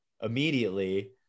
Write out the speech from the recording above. immediately